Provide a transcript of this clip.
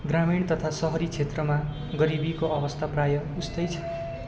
ग्रामीण तथा सहरी क्षेत्रमा गरिबीको अवस्था प्रायः उस्तै छ